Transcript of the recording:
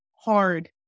hard